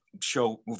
show